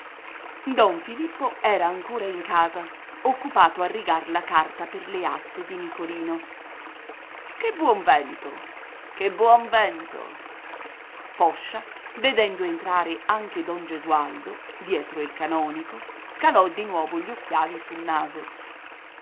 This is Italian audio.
don filippo era ancora in casa occupato a rigar la carta per le aste di nicolino che buon vento che buon vento poscia vedendo entrare anche don gesualdo dietro il canonico calò di nuovo gli occhiali sul naso